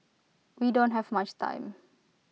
we don't have much time